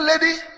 lady